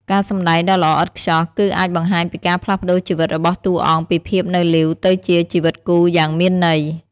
ការសម្ដែងដ៏ល្អឥតខ្ចោះ គឺអាចបង្ហាញពីការផ្លាស់ប្តូរជីវិតរបស់តួអង្គពីភាពនៅលីវទៅជាជីវិតគូយ៉ាងមានន័យ។